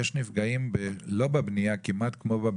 יש נפגעים לא מהבנייה כמעט כמו בבנייה.